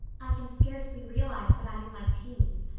i can scarcely realize that i'm in my teens.